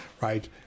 right